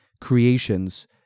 creations